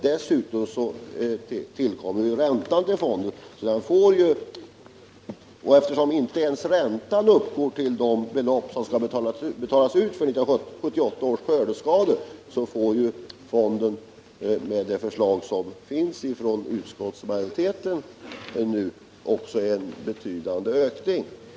Därtill kommer räntan på fondens medel. De belopp som skall betalas ut för 1978 års skördeskador uppgår inte ens till det belopp som räntan utgör. Fonden får därför också med utskottsmajoritetens förslag en betydande ökning.